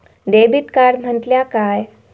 Debit card म्हटल्या काय?